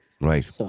Right